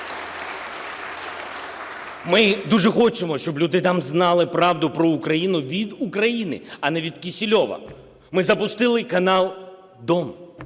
Ми дуже хочемо, щоб люди там знали правду про Україну від України, а не від Кисельова. Ми запустили канал "Дом",